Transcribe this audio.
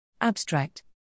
Abstract